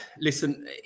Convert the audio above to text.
listen